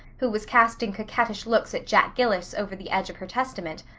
who was casting coquettish looks at jack gills over the edge of her testament,